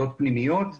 חיות משק וחיות בר.